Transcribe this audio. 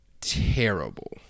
terrible